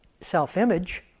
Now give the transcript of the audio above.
self-image